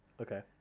okay